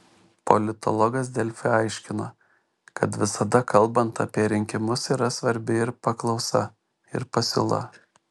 politologas delfi aiškino kad visada kalbant apie rinkimus yra svarbi ir paklausa ir pasiūla